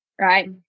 right